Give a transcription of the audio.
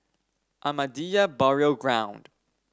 Ahmadiyya Burial Ground